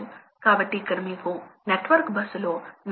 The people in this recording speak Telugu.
కాబట్టి మనము ఇతర పద్ధతుల కోసం వెళ్తాము కాబట్టి ఇతర పద్ధతులు ఏమిటి